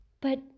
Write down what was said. But